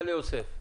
יוסף.